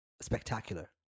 spectacular